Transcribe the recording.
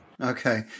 Okay